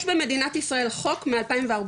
יש במדינת ישראל חוק מ-2014,